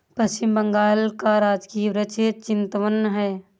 पश्चिम बंगाल का राजकीय वृक्ष चितवन है